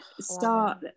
start